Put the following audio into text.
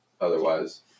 otherwise